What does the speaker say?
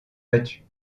battue